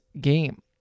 game